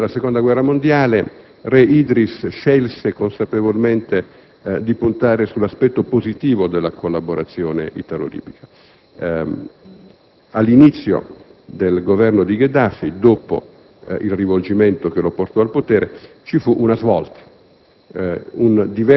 Dopo la fine della Seconda guerra mondiale, re Idris scelse consapevolmente di puntare sull'aspetto positivo della collaborazione italo-libica. All'inizio del Governo di Gheddafi, dopo il rivolgimento che lo portò al potere, vi fu una svolta,